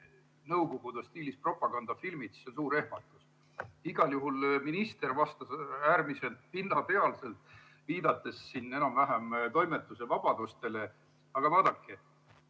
nõukogude stiilis propagandafilmid, on suur ehmatus. Igal juhul minister vastas äärmiselt pinnapealselt, viidates enam-vähem toimetuse vabadustele. Aga vaadake,